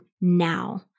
now